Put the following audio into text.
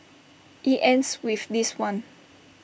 IT ends with this one